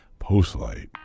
postlight